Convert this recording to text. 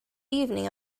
evening